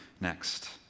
next